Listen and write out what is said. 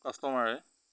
কাষ্টমাৰৰে